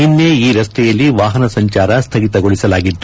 ನಿನ್ಸೆ ಈ ರಸ್ತೆಯಲ್ಲಿ ವಾಹನ ಸಂಚಾರ ಸ್ಥಗಿತಗೊಳಿಸಲಾಗಿತ್ತು